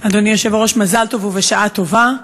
אדוני היושב-ראש, מזל טוב ובשעה טובה.